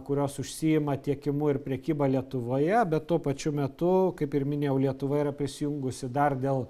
kurios užsiima tiekimu ir prekyba lietuvoje bet tuo pačiu metu kaip ir minėjau lietuva yra prisijungusi dar dėl